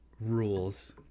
rules